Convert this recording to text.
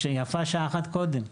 ויפה שעה אחת קודם תודה.